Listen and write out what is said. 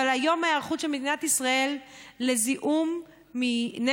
אבל היום ההיערכות של מדינת ישראל לזיהום מנפט,